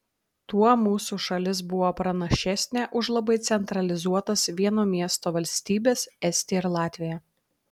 tuo mūsų šalis buvo pranašesnė už labai centralizuotas vieno miesto valstybes estiją ir latviją